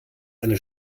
eine